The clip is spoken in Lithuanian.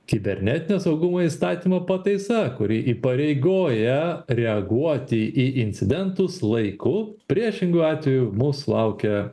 kibernetinio saugumo įstatymo pataisa kuri įpareigoja reaguoti į incidentus laiku priešingu atveju mūsų laukia